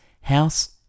house